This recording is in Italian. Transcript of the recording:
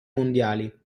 mondiali